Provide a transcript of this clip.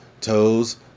toes